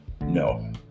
No